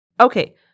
Okay